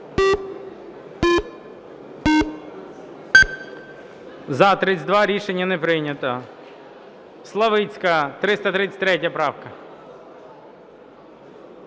За-32 Рішення не прийнято. Славицька, 333 правка.